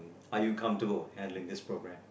are you comfortable handling this programme